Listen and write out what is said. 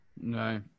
No